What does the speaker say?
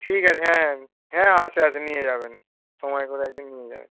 ঠিক আছে হ্যাঁ হ্যাঁ হ্যাঁ আছে আছে নিয়ে যাবেন সময় করে এক দিন নিয়ে যাবেন